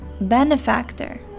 benefactor